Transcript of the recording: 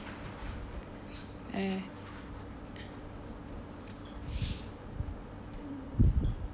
eh